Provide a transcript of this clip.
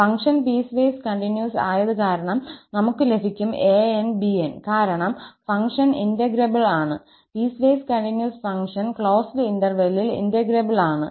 function piecewise continuous ആയത് കാരണം നമുക്ക് ലഭിക്കും 𝑎𝑛 𝑏𝑛 കാരണം ഫംഗ്ഷൻ ഇന്റഗ്രബിൾ ആണ് പീസ്വേസ് കണ്ടിന്യൂസ് ഫംഗ്ഷൻ ക്ലോസ്ഡ് ഇന്റെർവെല്ലിൽ ഇന്റഗ്രബിൾ ആണ്